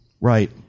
right